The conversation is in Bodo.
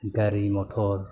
गारि मथर